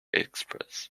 express